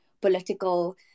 political